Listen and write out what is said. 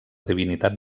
divinitat